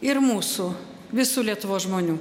ir mūsų visų lietuvos žmonių